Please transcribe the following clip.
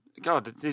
God